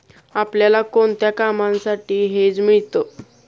आपल्याला कोणत्या कामांसाठी हेज मिळतं?